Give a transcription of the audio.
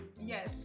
Yes